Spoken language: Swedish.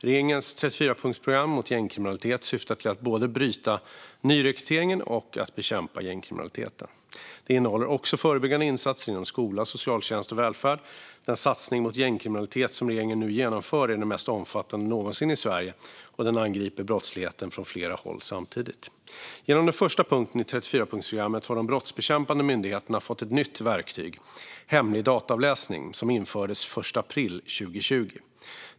Regeringens 34-punktsprogram mot gängkriminalitet syftar till att både bryta nyrekryteringen och bekämpa gängkriminaliteten. Det innehåller också förebyggande insatser inom skola, socialtjänst och välfärd. Den satsning mot gängkriminalitet som regeringen nu genomför är den mest omfattande någonsin i Sverige, och den angriper brottsligheten från flera håll samtidigt. Genom den första punkten i 34-punktsprogrammet har de brottsbekämpande myndigheterna fått ett nytt verktyg, hemlig dataavläsning, som infördes den 1 april 2020.